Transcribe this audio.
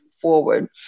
forward